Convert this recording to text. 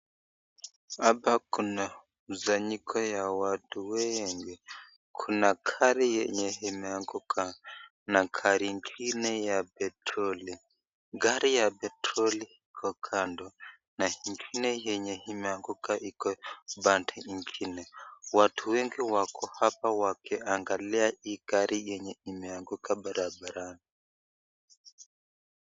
Hapa kuna msanyiko ya watu wengi, kuna gari yenye imeanguka na gari ngine ya petroli, gari ya petroli iko kando na ngine yenye imeanguka iko pande ngine, watu wengi wako hapa wakiangalia hii gari yenye imeanguka barabarani.